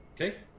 Okay